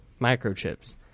microchips